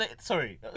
sorry